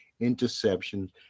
interceptions